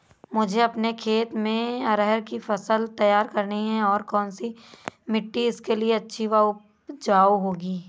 मुझे अपने खेत में अरहर की फसल तैयार करनी है और कौन सी मिट्टी इसके लिए अच्छी व उपजाऊ होगी?